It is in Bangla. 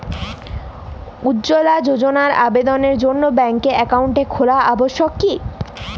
উজ্জ্বলা যোজনার আবেদনের জন্য ব্যাঙ্কে অ্যাকাউন্ট খোলা আবশ্যক কি?